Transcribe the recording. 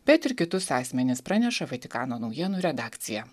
bet ir kitus asmenis praneša vatikano naujienų redakcija